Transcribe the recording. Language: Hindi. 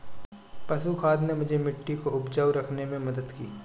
पशु खाद ने मुझे मिट्टी को उपजाऊ रखने में मदद की